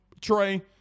Trey